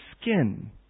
skin